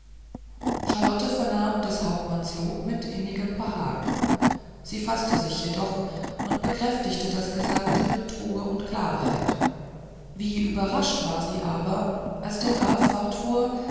charlotte vernahm des hauptmanns lob mit innigem behagen sie faßte sich jedoch und bekräftigte das gesagte mit ruhe und klarheit wie überrascht war sie aber als der graf fortfuhr